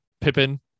Pippin